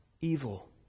evil